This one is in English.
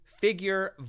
Figure